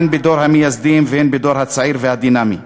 הן בדור המייסדים והן בדור הצעיר והדינמי.